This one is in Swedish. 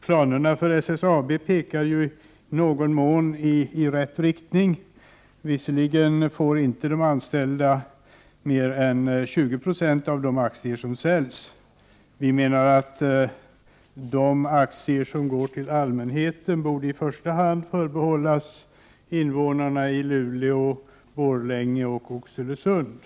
Planerna för SSAB pekar i någon mån i rätt riktning. Visserligen får de anställda inte mer än 20 96 av de aktier som säljs, och vi menar att de aktier som går till allmänheten i första hand borde förbehållas invånarna i Luleå, Borlänge och Oxelösund.